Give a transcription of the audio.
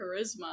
charisma